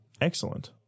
excellent